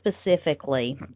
specifically